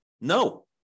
No